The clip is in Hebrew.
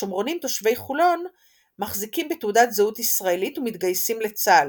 השומרונים תושבי חולון מחזיקים בתעודת זהות ישראלית ומתגייסים לצה"ל,